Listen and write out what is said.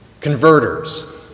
converters